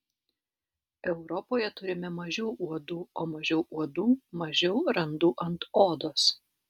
europoje turime mažiau uodų o mažiau uodų mažiau randų ant odos